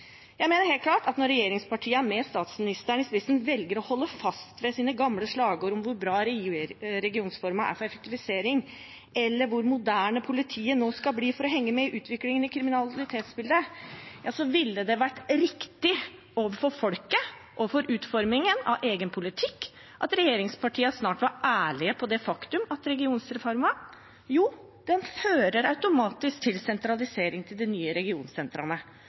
Jeg mener helt klart at når regjeringspartiene, med statsministeren i spissen, velger å holde fast ved sine gamle slagord om hvor bra regionreformen er for effektivisering, eller om hvor moderne politiet nå skal bli for å henge med i utviklingen i kriminalitetsbildet, ville det vært riktig – overfor folket og for utformingen av egen politikk – at regjeringspartiene snart var ærlige om det faktum at regionreformen automatisk fører til sentralisering til de nye